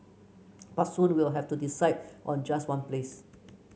but soon we will have to decide on just one place